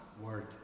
word